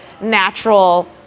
natural